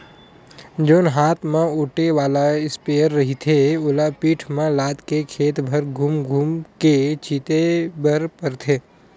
जेन हात म ओटे वाला इस्पेयर रहिथे ओला पीठ म लादके खेत भर धूम धूम के छिते बर परथे